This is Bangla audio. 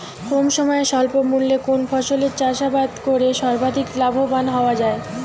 কম সময়ে স্বল্প মূল্যে কোন ফসলের চাষাবাদ করে সর্বাধিক লাভবান হওয়া য়ায়?